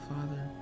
Father